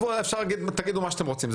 אתם יכולים להגיד מה שאתם רוצים,